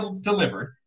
delivered